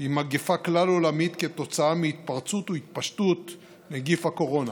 עם מגפה כלל עולמית כתוצאה מהתפרצות והתפשטות נגיף הקורונה.